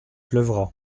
pleuvra